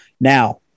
Now